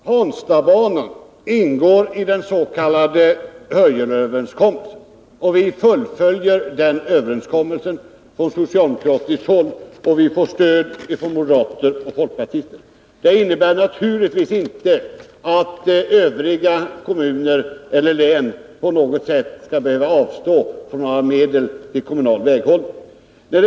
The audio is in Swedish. Herr talman! Hanstabanan ingår i dens.k. Hörjelöverenskommelsen, och den överenskommelsen fullföljer vi socialdemokrater. För det får vi också stöd från moderater och folkpartister. Men det innebär naturligtvis inte att övriga kommuner eller län skall behöva avstå från några medel till kommunal väghållning.